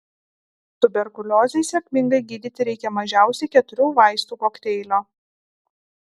tuberkuliozei sėkmingai gydyti reikia mažiausiai keturių vaistų kokteilio